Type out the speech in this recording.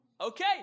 Okay